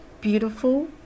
beautiful